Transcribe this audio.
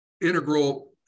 integral